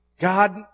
God